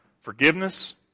forgiveness